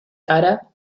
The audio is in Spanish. cara